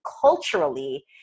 culturally